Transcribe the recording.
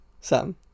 Sam